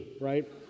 right